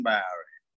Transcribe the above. Barry